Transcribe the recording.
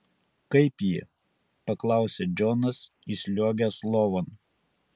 kaip ji paklausė džonas įsliuogęs lovon